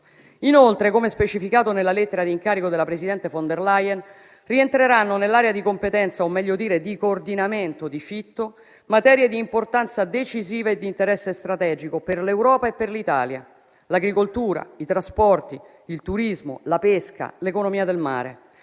Inoltre, come specificato nella lettera di incarico della presidente von der Leyen, rientreranno nell'area di competenza, o meglio di coordinamento, di Fitto materie di importanza decisiva e di interesse strategico per l'Europa e per l'Italia: l'agricoltura, i trasporti, il turismo, la pesca e l'economia del mare.